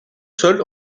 sol